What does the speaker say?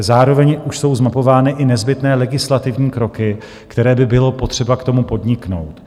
Zároveň už jsou zmapovány i nezbytné legislativní kroky, které by bylo potřeba k tomu podniknout.